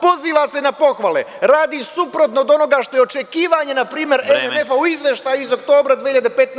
Poziva se na pohvale, radi suprotno od onoga što je očekivanje npr. MMF-a u izveštaju iz oktobra 2015.